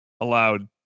allowed